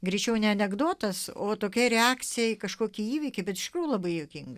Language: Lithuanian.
greičiau ne anekdotas o tokia reakcija į kažkokį įvykį bet iš tikrųjų labai juokinga